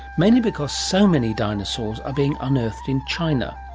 mainly because so many dinosaurs are being unearthed in china.